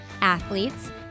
athletes